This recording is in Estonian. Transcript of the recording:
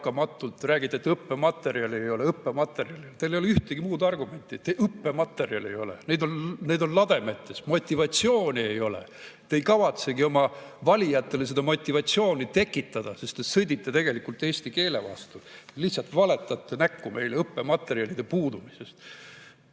lakkamatult, räägite, et õppematerjali ei ole. Teil ei ole ühtegi muud argumenti. Õppematerjali ei ole? Seda on lademetes. Motivatsiooni ei ole! Te ei kavatsegi oma valijatele seda motivatsiooni tekitada, sest te sõdite tegelikult eesti keele vastu. Lihtsalt valetate näkku meile, et õppematerjalid puuduvad.